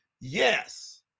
Yes